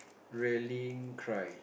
really cry